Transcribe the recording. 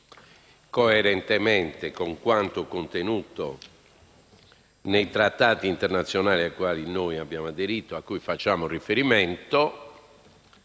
coerentemente con quanto contenuto nei trattati internazionali ai quali abbiamo aderito e cui facciamo riferimento.